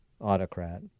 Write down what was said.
autocrat